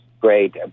great